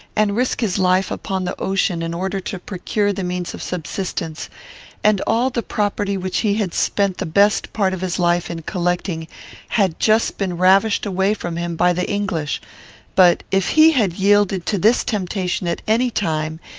and risk his life upon the ocean in order to procure the means of subsistence and all the property which he had spent the best part of his life in collecting had just been ravished away from him by the english but, if he had yielded to this temptation at any time,